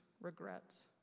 regrets